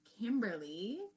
Kimberly